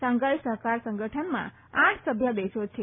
Shanghai સહકાર સંગઠનમાં આઠ સભ્ય દેશો છે